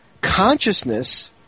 consciousness